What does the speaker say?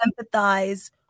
empathize